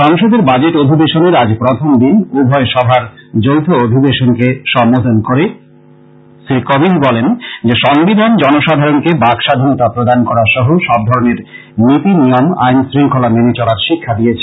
সংসদের বাজেট অধিবশনের আজ প্রথম দিন উভয় সভার যৌথ অধিবেশনকে সম্মোধন করে শ্রী কোবিন্দ বলেন যে সংবিধান জনসাধারণকে বাক স্বাধীনতা প্রদান করা সহ সবধরণের নীনি নিয়ম আইন শৃঙ্খলা মেনে চলার শিক্ষা দিয়েছে